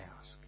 ask